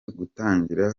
gutangira